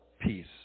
peace